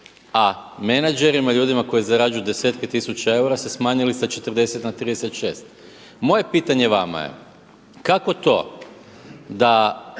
a menadžerima i ljudima koji zarađuju desetke tisuća eura ste smanjili sa 40 na 36. Moje pitanje vama je, kako to da